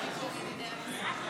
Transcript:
של חבר הכנסת עידן רול